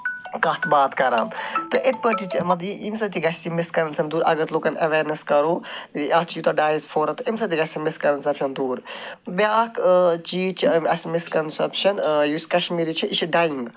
کَتھ باتھ کران تہٕ یِتھ پٲٹھۍ تہِ چھِ یہِ اَمہِ سۭتۍ تہِ گژھِ یہِ مِسکَنسٮ۪پٹ دوٗر اَگر لُکَن اٮ۪ویرنٮ۪س کَرو یہِ اَتھ چھِ یوٗتاہ ڈایَسفورا تہٕ اَمہِ سۭتۍ تہِ گژھِ یہِ مِسکَنسٮ۪پشَن دوٗر بیٛاکھ چیٖز چھِ اَمہِ اَسہِ مِسکَنسٮ۪پشَن یُس کَشمیٖری چھِ یہِ چھِ ڈایِنٛگ